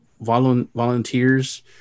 volunteers